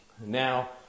Now